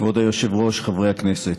כבוד היושב-ראש, חברי הכנסת,